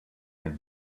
have